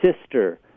sister